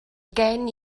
gen